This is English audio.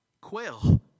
quail